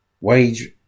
wage